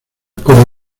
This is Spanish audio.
con